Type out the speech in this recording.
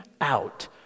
out